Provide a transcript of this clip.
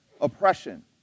oppression